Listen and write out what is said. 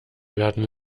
werden